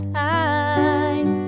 time